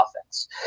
offense